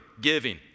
giving